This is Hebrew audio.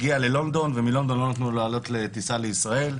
הגיע ללונדון ובלונדון לא נתנו לו לעלות לטיסה לישראל.